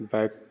bike